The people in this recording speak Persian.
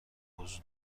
موضوع